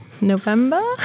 November